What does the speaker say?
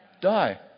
die